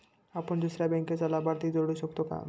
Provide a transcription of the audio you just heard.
आपण दुसऱ्या बँकेचा लाभार्थी जोडू शकतो का?